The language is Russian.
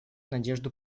надежду